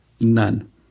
None